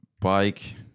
bike